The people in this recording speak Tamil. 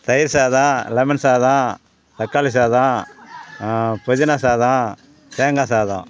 தயிர் சாதம் லெமன் சாதம் தக்காளி சாதம் புதினா சாதம் தேங்காய் சாதம்